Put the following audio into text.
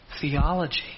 Theology